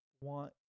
want